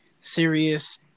serious